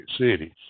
cities